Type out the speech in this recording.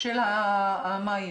של המים.